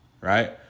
right